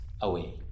away